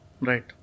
Right